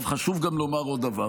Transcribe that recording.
חשוב גם לומר עוד דבר,